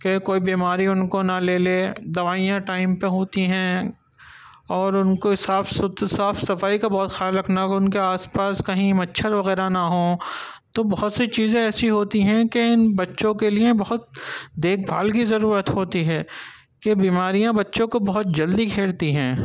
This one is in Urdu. كہ كوئی بیماری اُن كو نہ لے لے دوائیاں ٹائم پہ ہوتی ہیں اور اُن كو صاف صاف صفائی كا بہت خیال ركھنا ہوں اُن كے آس پاس كہیں مچھر وغیرہ نہ ہوں تو بہت سی چیزیں ایسی ہوتی ہیں كہ اِن بچوں كے لیے بہت دیكھ بھال کی ضرورت ہوتی ہے کہ بیماریاں بچوں کو بہت جلدی گھیرتی ہیں